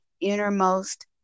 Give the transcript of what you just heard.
innermost